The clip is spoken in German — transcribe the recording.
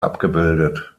abgebildet